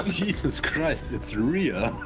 jesus christ, it's real.